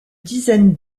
dizaine